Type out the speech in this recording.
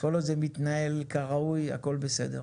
כל עוד זה מתנהל כראוי הכול בסדר.